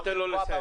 תן לו לסיים.